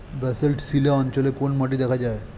Basalt শিলা অঞ্চলে কোন মাটি দেখা যায়?